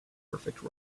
perfect